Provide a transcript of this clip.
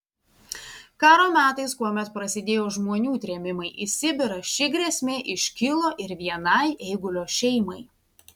karo metais kuomet prasidėjo žmonių trėmimai į sibirą ši grėsmė iškilo ir vienai eigulio šeimai